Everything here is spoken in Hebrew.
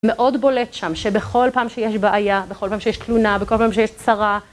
מאוד בולט שם שבכל פעם שיש בעיה, בכל פעם שיש תלונה, בכל פעם שיש צרה